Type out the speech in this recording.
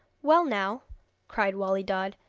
well, now cried wali dad,